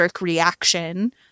reaction